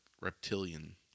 reptilian